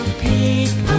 people